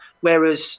Whereas